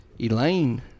Elaine